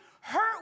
hurt